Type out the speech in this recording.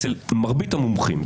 אצל מרבית המומחים.